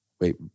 Wait